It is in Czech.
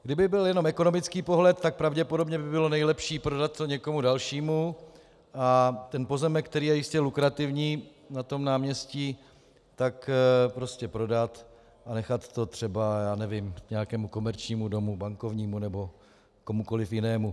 Kdyby byl jenom ekonomický pohled, tak pravděpodobně by bylo nejlepší prodat to někomu dalšímu a pozemek, který je jistě lukrativní, na tom náměstí, tak prodat a nechat to třeba nějakému komerčnímu domu, bankovnímu nebo komukoliv jinému.